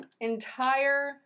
entire